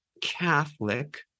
Catholic